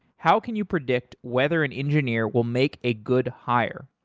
how can you predict whether an engineer will make a good hire?